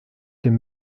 dem